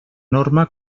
norma